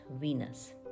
Venus